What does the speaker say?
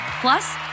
Plus